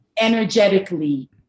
energetically